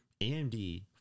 AMD